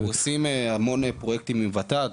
אנחנו עושים המון פרויקטים עם ות"ת,